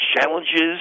challenges